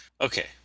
Okay